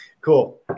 Cool